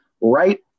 right